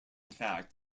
fact